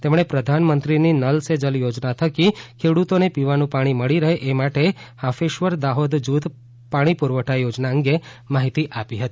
તેમણે પ્રધાનમંત્રીની નલ સે જલ યોજના થકી ખેડૂતોને પીવાનું પાણી મળી રહે એ માટે હાંફેશ્વર દાહોદ જૂથ પાણી પુરવઠા યોજના અંગે માહિતી આપી હતી